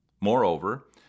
moreover